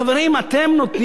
אתם נותנים יד,